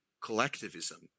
collectivism